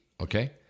okay